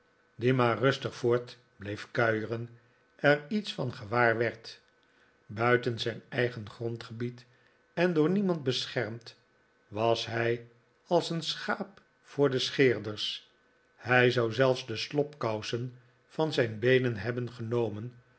maar rustig voort bleef kuieren er iets van gewaar werd buiten zijn eigen grondgebied en door niemand beschermd was hij als een schaap voor de scheerders hij zou zelfs de slobkousen van zijn beenen hebben genomen